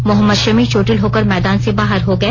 मोहम्मद शमी चोटिल होकर मैदान से बाहर हो गए